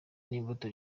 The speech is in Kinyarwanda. n’imbuto